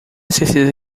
certeza